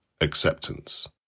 acceptance